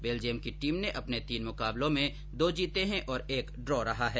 Belgium की team ने अपने तीन मुकाबलों में दो जीते हैं और एक ड्रॉ रहा है